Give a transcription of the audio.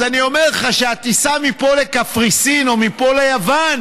אז אני אומר לך שהטיסה מפה לקפריסין או מפה ליוון